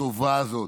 הטובה הזאת.